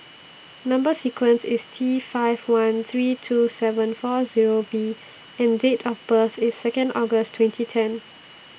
Number sequence IS T five one three two seven four Zero V and Date of birth IS Second August twenty ten